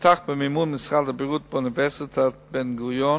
נפתח במימון משרד הבריאות באוניברסיטת בן-גוריון